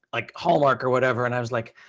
like, hallmark or whatever. and i was like,